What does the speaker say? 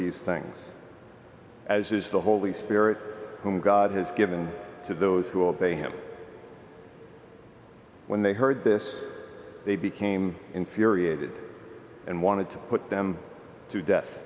these things as is the holy spirit whom god has given to those who obey him when they heard this they became infuriated and wanted to put them to death